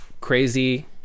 crazy